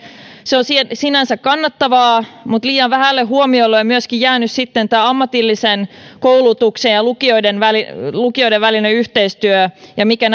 se on sinänsä kannatettavaa mutta liian vähälle huomiolle on jäänyt sitten ammatillisen koulutuksen ja lukioiden välinen yhteistyö ja se mikä